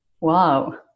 wow